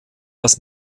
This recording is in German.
das